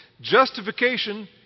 Justification